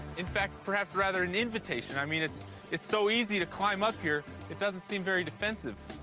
in fact, perhaps, rather an invitation. i mean, it's it's so easy to climb up here, it doesn't seem very defensive.